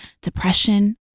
depression